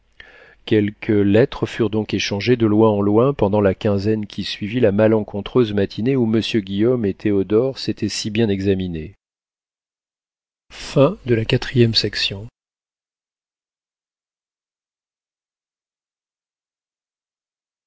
quelques lettres furent donc échangées de loin en loin pendant la quinzaine qui suivit la malencontreuse matinée où monsieur guillaume et théodore s'étaient si bien examinés